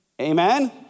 Amen